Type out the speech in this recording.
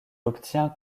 obtient